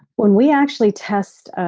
when we actually test,